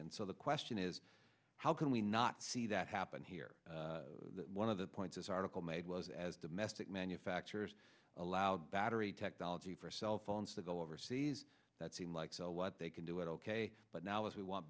and so the question is how can we not see that happen here one of the points this article made was as domestic manufacturers allow battery technology for cell phones to go overseas that seem like so what they can do it ok but now if we want